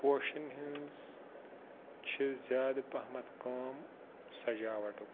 پوشَن ہٕنٛز چھِ زیادٕ پہمَتھ کٲم سجاوَٹُک